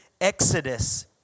Exodus